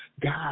God